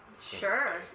sure